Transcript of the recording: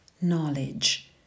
knowledge